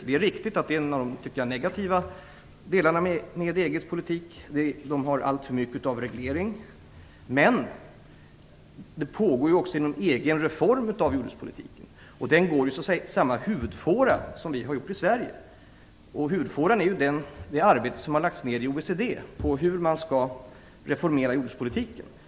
Det är riktigt att en av de negativa delarna med EU:s jordbrukspolitik är att de har alltför mycket av reglering. Men det pågår ju också inom EU en reformering av jordbrukspolitiken. Den går i samma huvudfåra som vår i Sverige. Huvudfåran är ju det arbete som har lagts ned i OECD på hur man skall reformera jordbrukspolitiken.